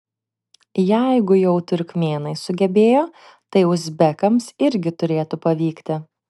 jeigu jau turkmėnai sugebėjo tai uzbekams irgi turėtų pavykti